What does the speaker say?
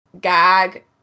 gag